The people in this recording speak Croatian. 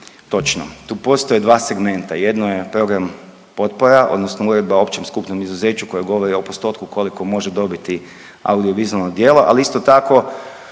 Točno, tu postoje dva segmenta jedno je program potpora odnosno Uredba o općem skupnom izuzeću koja govori o postotku koliko može dobiti audiovizualno djelo, ali isto tako